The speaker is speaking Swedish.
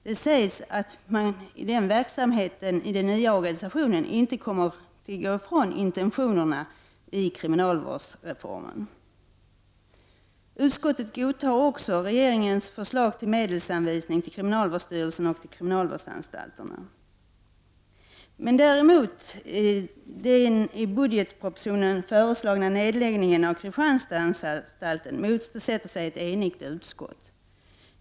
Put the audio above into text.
Det sägs att man i den nya organisationen inte kommer att gå ifrån intentionerna i kriminalvårdsreformen. Utskottet godtar också regeringens förslag till medelsanvisning till kriminalvårdsstyrelsen och till kriminalvårdsanstalterna. Den i budgetpropositionen föreslagna nedläggningen av Kristianstadanstalten motsätter däremot ett enigt utskott.